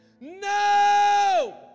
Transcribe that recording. no